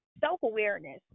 self-awareness